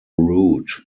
route